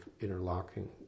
interlocking